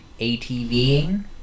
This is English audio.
ATVing